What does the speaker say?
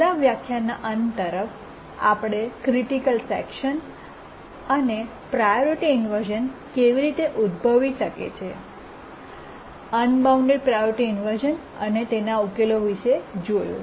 છેલ્લા વ્યાખ્યાનના અંત તરફ આપણે ક્રિટિકલ સેકશન અને પ્રાયોરિટી ઇન્વર્શ઼ન કેવી રીતે ઉદ્ભવી શકે છે અનબાઉન્ડ પ્રાયોરિટી ઇન્વર્શ઼ન અને તેના ઉકેલો વિશે ચર્ચા કરીશું